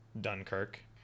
Dunkirk